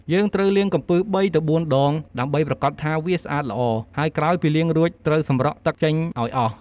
យើងត្រូវលាងកំពឹស៣ទៅ៤ដង ដើម្បីប្រាកដថាវាស្អាតល្អ ហើយក្រោយពីលាងរួច ត្រូវសម្រក់ទឹកចេញឱ្យអស់។